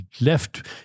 left